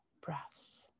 breaths